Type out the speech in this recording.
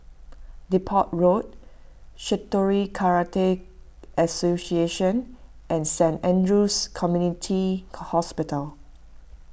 Depot Road Shitoryu Karate Association and Saint andrew's Community Hospital